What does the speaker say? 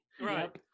Right